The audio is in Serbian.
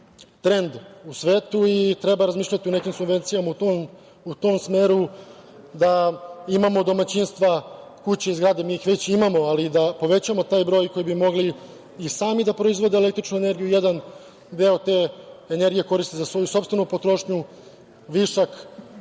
trend u svetu i treba razmišljati o nekim subvencijama u tom smeru da imamo domaćinstva, kuće i zgrade, mi ih već imamo, ali da povećamo taj broj koji bi mogli i sami da proizvode električnu energiju. Jedan deo te energije koriste za svoju sopstvenu potrošnju, višak